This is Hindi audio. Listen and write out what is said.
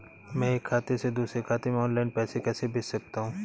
मैं एक खाते से दूसरे खाते में ऑनलाइन पैसे कैसे भेज सकता हूँ?